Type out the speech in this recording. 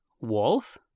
Wolf